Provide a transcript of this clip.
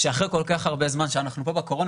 שאחרי כל כך הרבה זמן שאנחנו פה בקורונה